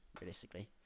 realistically